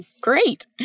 Great